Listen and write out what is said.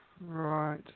Right